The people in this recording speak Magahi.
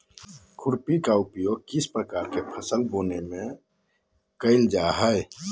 खुरपी का उपयोग किस प्रकार के फसल बोने में किया जाता है?